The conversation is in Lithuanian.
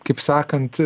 kaip sakant